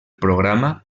programa